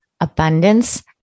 abundance